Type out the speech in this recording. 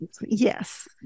Yes